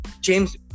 james